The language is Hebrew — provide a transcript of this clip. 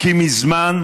כי מזמן